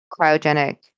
cryogenic